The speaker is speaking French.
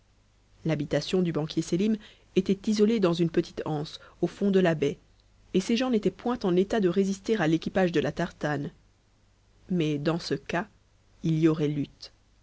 l'habitation du banquier sélim était isolée dans une petite anse au fond de la baie et ses gens n'étaient point en état de résister à l'équipage de la tartane mais dans ce cas il y aurait lutte